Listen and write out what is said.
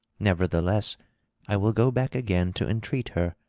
nevertheless i will go back again to entreat her,